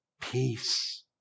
peace